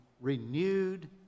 renewed